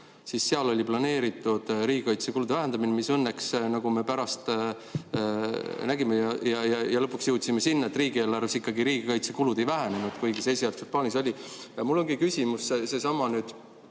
siis seal oli planeeritud riigikaitsekulude vähendamine. Õnneks, nagu me pärast nägime, lõpuks jõudsime sinna, et riigieelarves ikkagi riigikaitsekulud ei vähenenud, kuigi see esialgu plaanis oli. Mul ongi küsimus sellesama